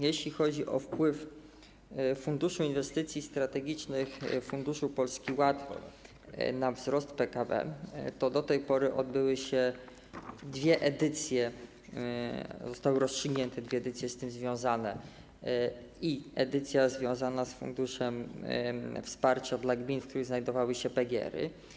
Jeśli chodzi o wpływ Funduszu Inwestycji Strategicznych, funduszu Polski Ład na wzrost PKB, to do tej pory odbyły się dwie edycje, zostały rozstrzygnięte dwie edycje z tym związane i edycja związana z funduszem wsparcia dla gmin, w których znajdowały się PGR-y.